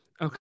Okay